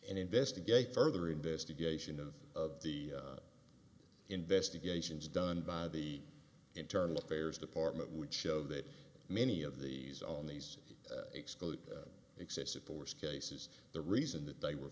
and investigate further investigation of of the investigations done by the internal affairs department would show that many of these on these exclude excessive force cases the reason that they were